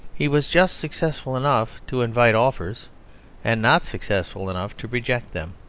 he was just successful enough to invite offers and not successful enough to reject them.